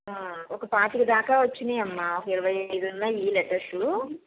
ఒక పాతికదాకా వచ్చాయమ్మా ఒక ఇరవై ఐదు ఉన్నాయి లెటర్సు